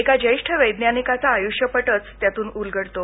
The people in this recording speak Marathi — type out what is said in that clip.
एका ज्येष्ठ वैज्ञानिकाचा आय्ष्यपटच त्यातून उलगडतो